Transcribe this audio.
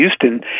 Houston